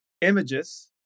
images